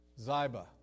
Ziba